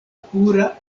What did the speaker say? pura